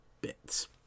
bits